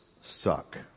suck